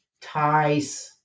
ties